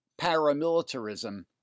paramilitarism